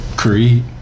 Creed